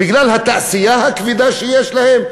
בגלל התעשייה הכבדה שיש להם?